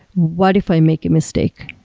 what if i make a mistake?